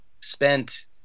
spent